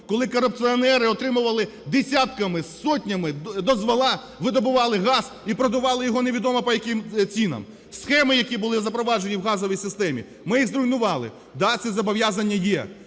Коли корупціонери отримували десятками, сотнями дозволи, видобували газ і продавали його невідомо по яким цінам. Схеми, які були запроваджені в газовій системі, ми їх зруйнували. Да, це зобов'язання є.